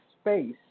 space